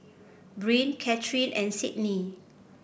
Breann Catharine and Sydnee